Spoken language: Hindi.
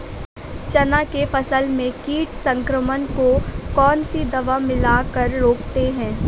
चना के फसल में कीट संक्रमण को कौन सी दवा मिला कर रोकते हैं?